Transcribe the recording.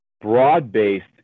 broad-based